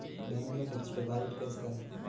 Bank में fix deposit कैसे करें?